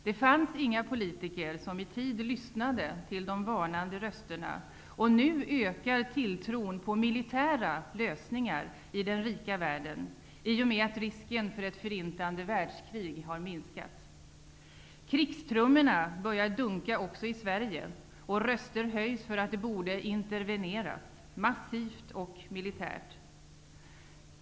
Det fanns inga politiker som i tid lyssnade till de varnande rösterna, och nu ökar tron på militära lösningar i den rika världen i och med att risken för ett förintande världskrig har minskat. Krigstrummorna börjar dunka också i Sverige, och röster höjs för att det borde interveneras, massivt och militärt.